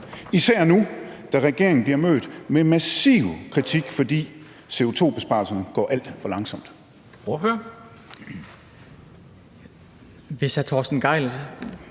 især nu, hvor regeringen bliver mødt med massiv kritik, fordi CO2-besparelserne går alt for langsomt?